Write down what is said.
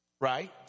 Right